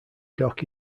dock